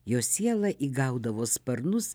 jos siela įgaudavo sparnus